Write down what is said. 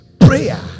prayer